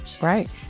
Right